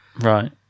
right